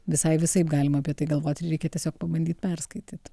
visai visaip galima apie tai galvot reikia tiesiog pabandyt perskaityt